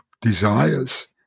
desires